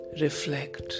reflect